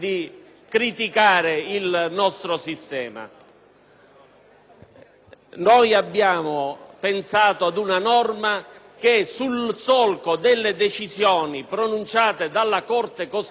Abbiamo pensato ad una norma che, nel solco delle decisioni pronunciate dalla Corte costituzionale, riuscisse a contemperare la